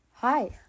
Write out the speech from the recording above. Hi